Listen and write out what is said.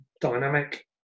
dynamic